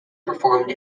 performed